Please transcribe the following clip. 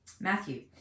Matthew